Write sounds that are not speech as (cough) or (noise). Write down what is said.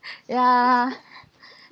(breath) ya (breath)